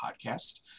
podcast